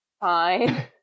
fine